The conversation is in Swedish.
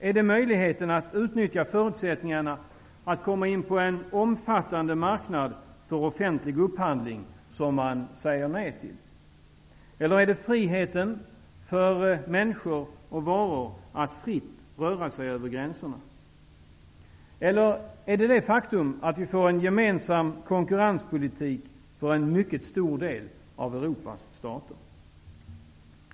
Är det möjligheten att utnyttja förutsättningarna att komma in på en omfattande marknad för offentlig upphandling? Är det friheten för människor och varor att röra sig över gränserna? Är det faktumet att vi får en gemensam konkurrenspolitik för en mycket stor del av Europas stater?